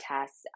tests